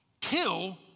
kill